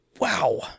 Wow